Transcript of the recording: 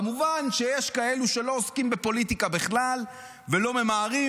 כמובן שיש כאלו שלא עוסקים בפוליטיקה בכלל ולא ממהרים